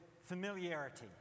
familiarity